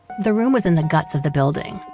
the room was in the guts of the building,